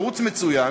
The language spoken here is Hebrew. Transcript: ערוץ מצוין,